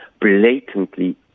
blatantly